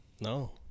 No